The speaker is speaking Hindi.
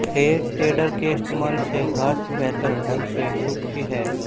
है टेडर के इस्तेमाल से घांस बेहतर ढंग से सूखती है